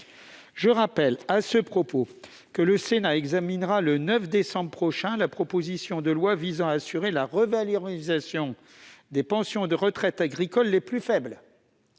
Je rappelle à ce propos que le Sénat examinera, le 9 décembre prochain, la proposition de loi visant à assurer la revalorisation des pensions de retraite agricoles les plus faibles,